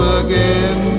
again